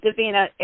Davina